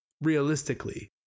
realistically